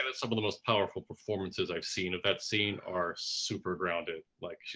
ah some of the most powerful performances i've seen of that scene are super grounded. like,